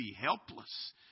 helpless